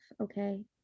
okay